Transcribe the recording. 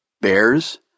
Bears